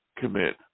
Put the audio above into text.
commit